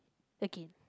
okay